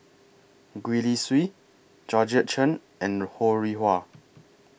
Gwee Li Sui Georgette Chen and Ho Rih Hwa